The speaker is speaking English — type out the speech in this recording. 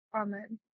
Amen